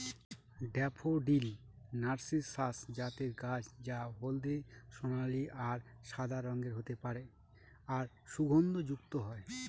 daffodil narcissus জাতের গাছ যা হলদে সোনালী আর সাদা রঙের হতে পারে আর সুগন্ধযুক্ত হয়